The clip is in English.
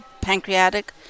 pancreatic